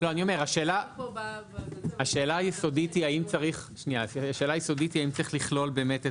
השאלה היסודית היא האם צריך לכלול באמת את